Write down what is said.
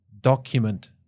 document